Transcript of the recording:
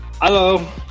Hello